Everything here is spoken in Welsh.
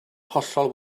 hollol